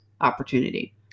opportunity